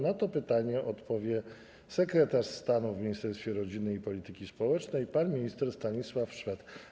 Na to pytanie odpowie sekretarz stanu w Ministerstwie Rodziny i Polityki Społecznej pan minister Stanisław Szwed.